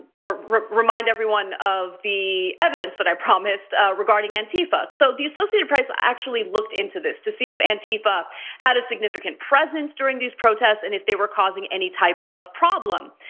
or remind everyone of the evidence that i promised regarding antifa. so, the associated press actually looked into this, to see if antifa had a significant presence during these protests, and if they were causing any type of problem.